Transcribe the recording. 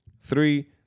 Three